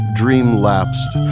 dream-lapsed